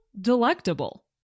delectable